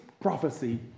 prophecy